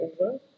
over